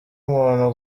muntu